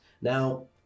Now